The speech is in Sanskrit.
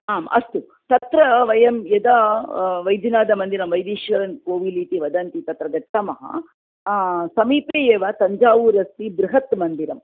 आम् अस्तु तत्र वयं यदा वैद्यनाथमन्दिरं वैदेश्वरन् कोविल् इति वदन्ति तत्र गच्छामः समीपे एव तञ्जावूर् अस्ति बृहत् मन्दिरम्